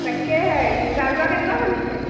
তাকেহে যা যোগাৰ কেনেকুৱা চলিছে